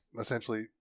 essentially